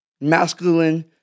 masculine